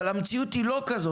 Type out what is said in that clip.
אבל המציאות היא לא כזאת.